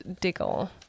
Diggle